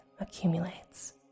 accumulates